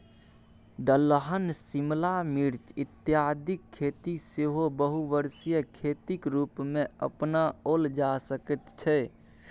दलहन शिमला मिर्च इत्यादिक खेती सेहो बहुवर्षीय खेतीक रूपमे अपनाओल जा सकैत छै